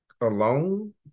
alone